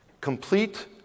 Complete